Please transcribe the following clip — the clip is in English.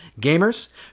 Gamers